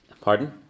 pardon